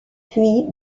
puis